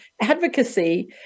advocacy